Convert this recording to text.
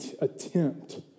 attempt